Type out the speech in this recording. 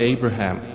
Abraham